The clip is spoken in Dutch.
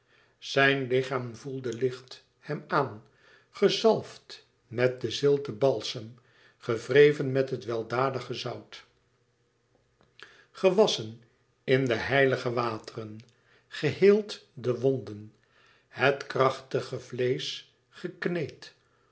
zijn lichaam voelde licht hem aan gezalfd met den zilten balsem gewreven met het weldadige zout gewasschen in de heilige wateren geheeld de wonden het krachtige vleesch gekneed